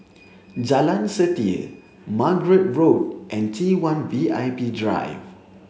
Jalan Setia Margate Road and T one V I P Drive